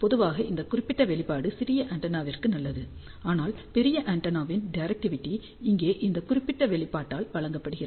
பொதுவாக இந்த குறிப்பிட்ட வெளிப்பாடு சிறிய ஆண்டெனாவிற்கு நல்லது ஆனால் பெரிய ஆண்டெனாவின் டிரெக்டிவிடி இங்கே இந்த குறிப்பிட்ட வெளிப்பாட்டால் வழங்கப்படுகிறது